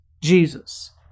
Jesus